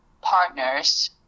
partners